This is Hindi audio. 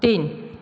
तीन